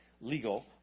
legal